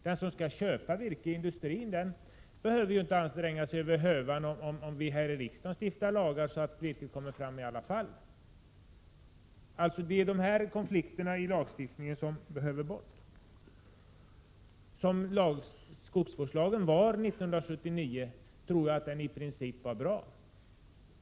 Den som skall köpa virke i industrin behöver inte anstränga sig över hövan, om vi här i riksdagen stiftar lagar så att virket kommer fram i alla fall. Det är de här konflikterna i lagstiftningen som måste bort. Som skogsvårdslagen var 1979 tror jag att den i princip var bra.